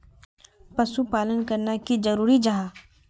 पशुपालन करना की जरूरी जाहा?